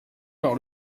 par